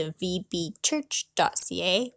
vbchurch.ca